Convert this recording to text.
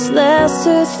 lesser